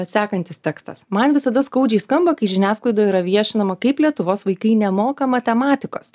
sekantis tekstas man visada skaudžiai skamba kai žiniasklaidoj yra viešinama kaip lietuvos vaikai nemoka matematikos